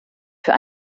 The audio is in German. für